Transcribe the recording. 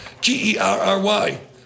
G-E-R-R-Y